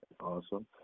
awesome